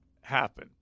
happen